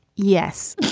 yes,